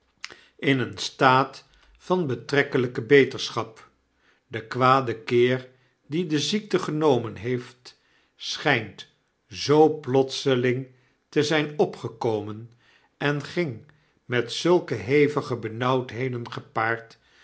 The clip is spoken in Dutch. in een staat van betrekkelyke beterschap de kwade keer dien de ziekte genomen heeft schynt zoo plotseling te zyn opgekomen en ging met zulke hevige benauwdheden gepaard